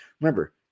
Remember